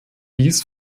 dies